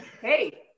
hey